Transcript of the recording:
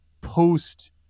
post